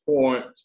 point